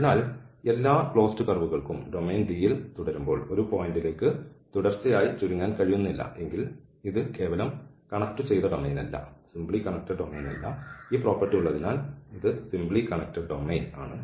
അതിനാൽ എല്ലാ ക്ലോസ്ഡ് കർവുകൾക്കും ഡൊമെയ്ൻ D യിൽ തുടരുമ്പോൾ ഒരു പോയിന്റിലേക്ക് തുടർച്ചയായി ചുരുങ്ങാൻ കഴിയുന്നില്ല എങ്കിൽ ഇത് കേവലം കണക്റ്റുചെയ്ത ഡൊമെയ്നല്ല ഈ പ്രോപ്പർട്ടി ഉള്ളതിനാൽ ഇത് സിംപ്ലി കണ്ണെക്ടഡ് ഡൊമെയ്ൻ ആണ്